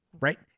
right